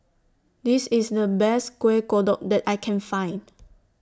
This IS The Best Kueh Kodok that I Can Find